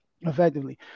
effectively